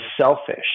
selfish